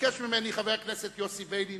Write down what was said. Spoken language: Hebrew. ביקש ממני חבר הכנסת יוסי ביילין,